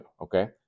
Okay